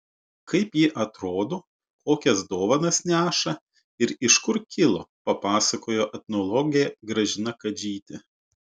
kaip ji atrodo kokias dovanas neša ir iš kur kilo papasakojo etnologė gražina kadžytė